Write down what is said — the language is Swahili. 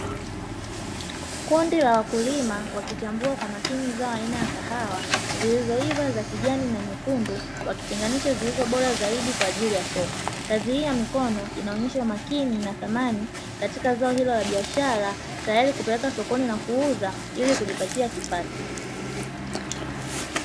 Kundi la wakulima wakichambua kwa makini zao aina ya kahawa zilizoiva za kijani na nyekundu wakitenganisha zilizo bora zaidi kwa ajili ya soko, kazi hii ya mkono inaonyesha umakini na thamani katika zao hilo la biashara tayari kupeleka sokoni na kuuza ili kujipatia kipato.